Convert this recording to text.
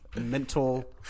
mental